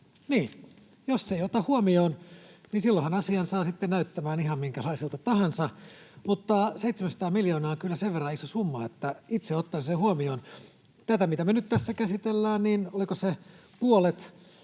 Niin, jos ei ota huomioon, niin silloinhan asian saa sitten näyttämään ihan minkälaiselta tahansa. Mutta 700 miljoonaa on kyllä sen verran iso summa, että itse ottaisin sen huomioon — olisiko siitä, mitä me nyt tässä käsitellään, se säästö puolet?